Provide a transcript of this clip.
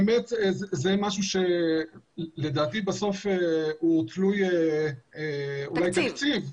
לדעתי, זה משהו שהוא תלוי אולי תקציב בסוף.